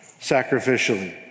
sacrificially